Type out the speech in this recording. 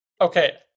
Okay